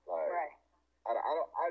Right